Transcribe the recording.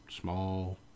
small